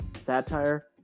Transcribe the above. satire